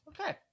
Okay